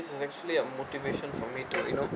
it's actually a motivation for me to you know